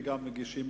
וגם מגישים